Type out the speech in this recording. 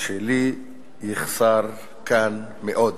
שלי יחסר כאן מאוד.